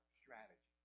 strategy